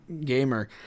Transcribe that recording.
gamer